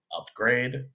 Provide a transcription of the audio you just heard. upgrade